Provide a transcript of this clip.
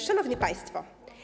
Szanowni Państwo!